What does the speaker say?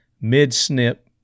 mid-snip